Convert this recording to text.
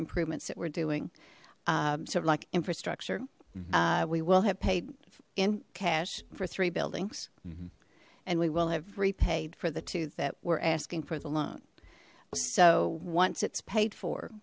improvements that we're doing sort of like infrastructure we will have paid in cash for three buildings and we will have repaid for the two that we're asking for the loan so once it's paid for